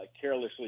carelessly